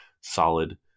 solid